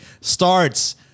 starts